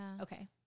okay